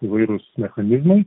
įvairūs mechanizmai